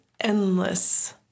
endless